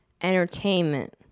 entertainment